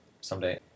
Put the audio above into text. someday